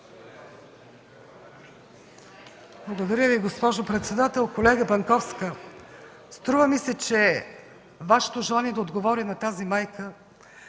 Благодаря, госпожо председател. Колега Банковска, струва ми се, че Вашето желание да отговоря на тази майка